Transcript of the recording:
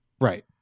Right